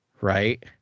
right